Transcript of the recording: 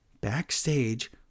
backstage